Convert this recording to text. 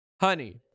Honey